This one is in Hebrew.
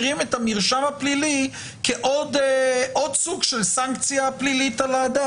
להשאיר את המרשם הפלילי כעוד סוג של סנקציה על האדם.